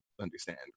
understand